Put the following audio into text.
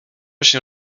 się